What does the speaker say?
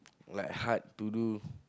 like hard to do